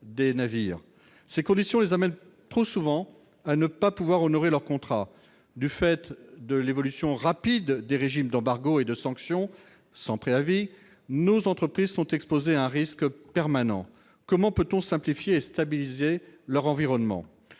Ces conditions les amènent trop souvent à ne pas pouvoir honorer leurs contrats. Du fait de l'évolution rapide des régimes d'embargo et de sanction sans préavis, nos entreprises sont exposées à un risque permanent. Comment peut-on simplifier et stabiliser leur environnement ?